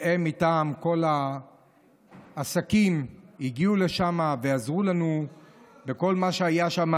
שמטעם כל העסקים הגיעו לשם ועזרו לנו בכל מה שהיה שם,